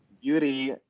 beauty